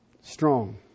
strong